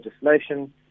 legislation